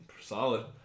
solid